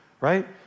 Right